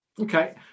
Okay